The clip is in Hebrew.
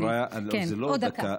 חבריא, זה לא עוד דקה.